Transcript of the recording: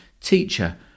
teacher